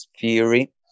Theory